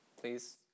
Please